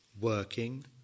working